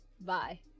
Bye